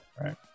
right